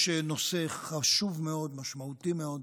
יש נושא חשוב מאוד, משמעותי מאוד,